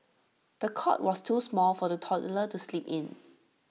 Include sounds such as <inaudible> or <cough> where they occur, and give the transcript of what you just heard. the cot was too small for the toddler to sleep in <noise>